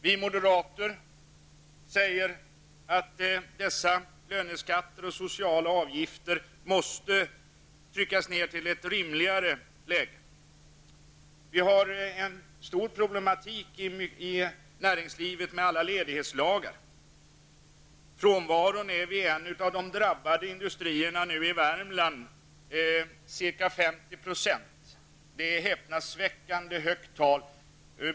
Vi moderater menar att löneskatterna och de sociala avgifterna måste tryckas ned, så att det blir en rimligare situation. Ett stort problem i näringslivet är ledighetslagarna. Vid en av de drabbade industrierna i Värmland ligger frånvaron på ca 50 %, ett häpnadsväckande högt tal.